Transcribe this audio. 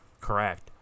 correct